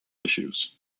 issues